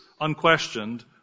unquestioned